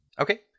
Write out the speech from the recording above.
Okay